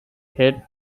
head